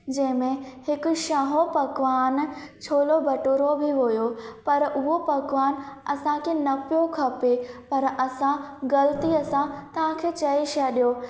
जेमें हिकु शहो पकवान छोलो भठूरो बि हुओ पर उहो पकवान असांखे न पियो खपे पर असां ग़लतीअ सां तव्हांखे चए छॾियो